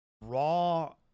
raw